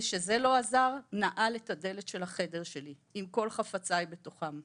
וכשזה לא עזר הוא נעל את הדלת של החדר שלי עם כל חפציי בתוכם.